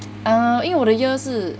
ah 因为我的 year 是